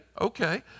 okay